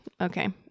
Okay